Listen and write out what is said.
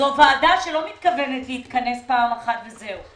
זאת ועדה שלא מתכוונת להתכנס פעם אחת וזהו.